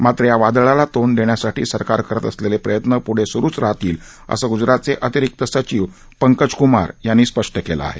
मात्र या वादळाला तोंड देण्यासाठी सरकार करत असलेले प्रयत्न पुढे सुरुच राहतील असं गुजरातचे अतिरिक्त सचिव पंकजकूमार यांनी स्पष्ट केलं आहे